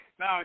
Now